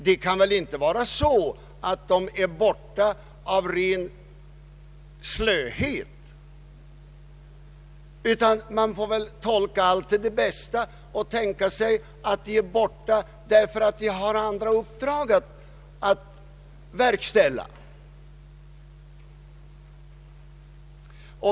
Det kan väl inte vara så att de är borta av ren slöhet, utan man får väl tolka allt till det bästa och förmoda att de är borta på grund av att de har andra uppdrag att verkställa.